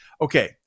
Okay